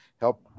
help